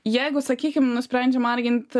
jeigu sakykim nusprendžiam marginti